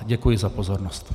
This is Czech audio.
Děkuji za pozornost.